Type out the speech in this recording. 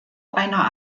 einer